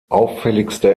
auffälligste